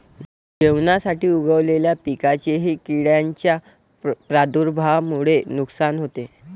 जेवणासाठी उगवलेल्या पिकांचेही किडींच्या प्रादुर्भावामुळे नुकसान होते